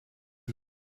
dih